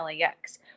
LAX